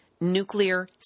Nuclear